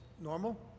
normal